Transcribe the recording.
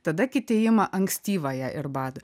tada kiti ima ankstyvąją ir bado